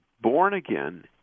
born-again